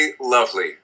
lovely